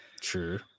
true